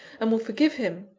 and will forgive him.